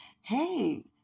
Hey